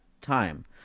time